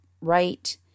right